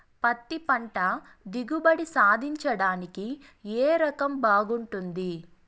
పత్తి పంట దిగుబడి సాధించడానికి ఏ రకం బాగుంటుంది?